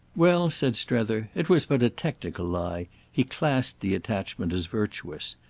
well, said strether, it was but a technical lie he classed the attachment as virtuous.